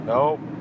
Nope